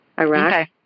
Iraq